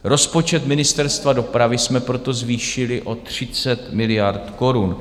Rozpočet Ministerstva dopravy jsme proto zvýšili o 30 miliard korun.